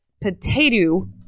Potato